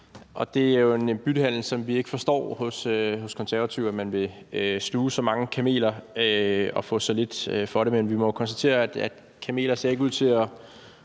er. Det er en byttehandel, som vi ikke forstår hos De Konservative, altså at man vil sluge så mange kameler og få så lidt for det. Men vi må konstatere, at kameler i hvert fald